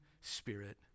spirit